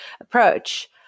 approach